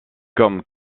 comme